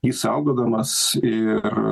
išsaugodamas ir